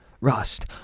Rust